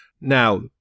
Now